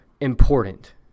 important